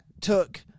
took